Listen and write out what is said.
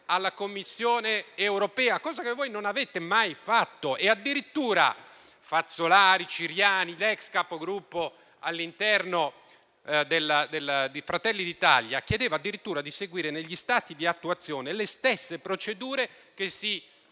alla Commissione europea. È una cosa che voi non avete mai fatto. Addirittura Fazzolari, Ciriani, l'ex Capogruppo all'interno di Fratelli d'Italia chiedevano di seguire negli stati di attuazione le stesse procedure che si